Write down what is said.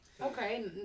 Okay